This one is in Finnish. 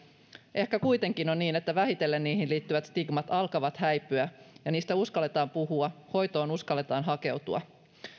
ehkä kuitenkin on niin että vähitellen niihin liittyvät stigmat alkavat häipyä ja niistä uskalletaan puhua ja hoitoon uskalletaan hakeutua